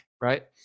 right